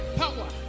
power